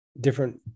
different